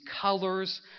colors